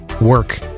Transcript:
work